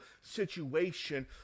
situation